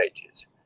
pages